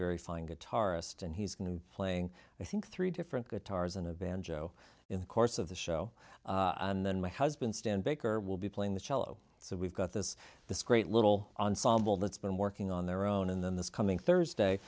very fine guitarist and he's going to be playing i think three different guitars and a banjo in the course of the show and then my husband stan baker will be playing the cello so we've got this this great little ensemble that's been working on their own and then this coming thursday